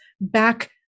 back